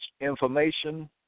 information